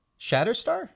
Shatterstar